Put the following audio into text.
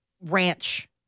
ranch